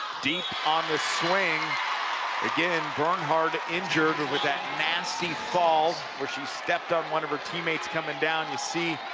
deep on the swing again, bernhard injured with that nasty fall where she stepped on one of her teammates coming down you see,